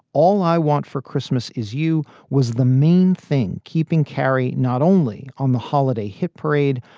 all i want for christmas is you. was the main thing keeping carrie not only on the holiday hit parade,